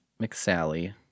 McSally